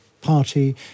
Party